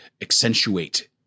accentuate